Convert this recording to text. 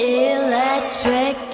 electric